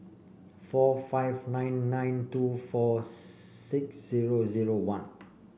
four five nine nine two four six zero zero one